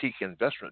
investment